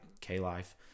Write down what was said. k-life